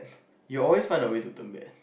you will always find a way to turn bad